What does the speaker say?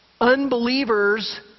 unbelievers